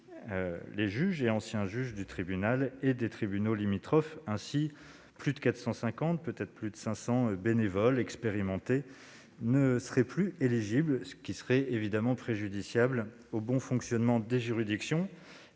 les juges et anciens juges du tribunal et des tribunaux limitrophes. Ainsi, selon ses dispositions, plus de 450, voire plus de 500 bénévoles expérimentés ne seraient plus éligibles, ce qui serait évidemment préjudiciable au bon fonctionnement des juridictions.